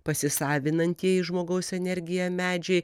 pasisavinantieji žmogaus energiją medžiai